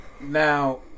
Now